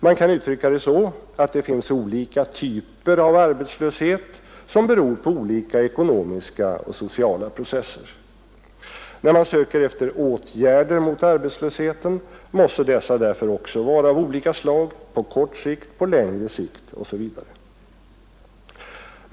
Man kan uttrycka det så att det finns olika typer av arbetslöshet som beror på olika ekonomiska och sociala processer. När man söker efter åtgärder mot arbetslösheten måste dessa därför också vara av olika slag — på kort sikt, på längre sikt osv.